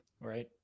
Right